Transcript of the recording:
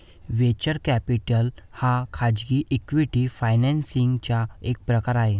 venture capital हा खाजगी equity financing चा एक प्रकार आहे